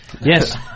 Yes